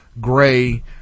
gray